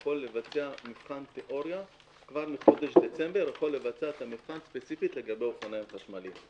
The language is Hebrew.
יכול לבצע מבחן תיאוריה כבר מחודש דצמבר ספציפית לגבי אופניים חשמליים.